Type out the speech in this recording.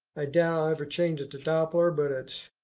i doubt i ever change it to doppler, but it's.